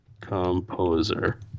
Composer